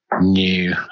new